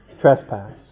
trespass